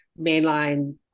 mainline